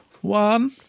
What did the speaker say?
One